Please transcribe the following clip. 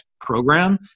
program